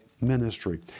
ministry